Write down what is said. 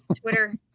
Twitter